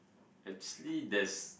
actually there's